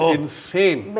insane